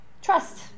Trust